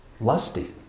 lusty